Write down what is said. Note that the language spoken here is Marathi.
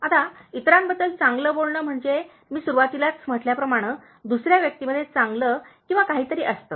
आता इतरांबद्दल चांगले बोलणे म्हणजे मी सुरुवातीलाच म्हटल्याप्रमाणे दुसर्या व्यक्तीमध्ये चांगले किंवा काहीतरी असते